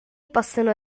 possono